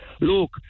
Look